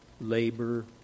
labor